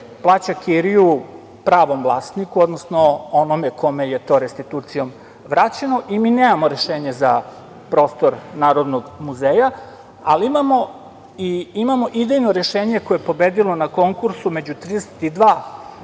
plaća kiriju pravom vlasniku, odnosno onome kome je to restitucijom vraćeno i mi nemamo rešenje za prostor Narodnog muzeja, ali imamo idejno rešenje koje je pobedilo na konkursu među 32